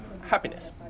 Happiness